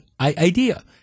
idea